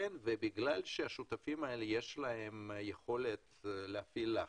בגלל שהשותפים האלה יש להם יכולת להפעיל לחץ,